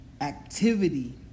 activity